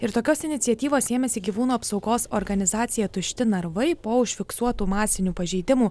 ir tokios iniciatyvos ėmėsi gyvūnų apsaugos organizacija tušti narvai po užfiksuotų masinių pažeidimų